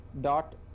dot